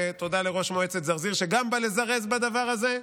ותודה לראש מועצת זרזיר, שגם בא לזרז בדבר הזה.